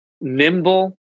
nimble